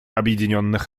объединенных